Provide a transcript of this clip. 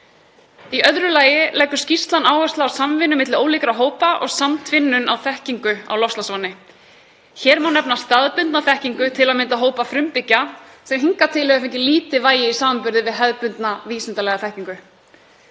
Í öðru lagi leggur skýrslan áhersla á samvinnu milli ólíkra hópa og samtvinnun á þekkingu á loftslagsvánni. Hér má nefna staðbundna þekkingu til að mynda hópa frumbyggja, sem hingað til hefur fengið lítið vægi í samanburði við hefðbundna vísindalega þekkingu.